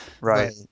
Right